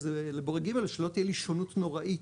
זהה לבורג ג' ושלא תהיה לי שונות נוראית